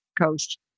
coast